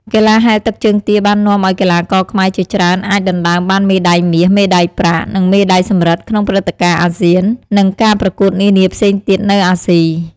កីឡាហែលទឹកជើងទាបាននាំឱ្យកីឡាករខ្មែរជាច្រើនអាចដណ្តើមបានមេដាយមាស មេដាយប្រាក់ និងមេដាយសំរឹទ្ធក្នុងព្រឹត្តិការណ៍អាស៊ាន និងការប្រកួតនានាផ្សេងទៀតនៅអាស៊ី។